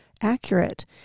accurate